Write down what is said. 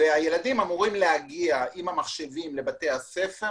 והילדים אמורים להגיע עם המחשבים לבתי הספר